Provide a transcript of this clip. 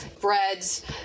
breads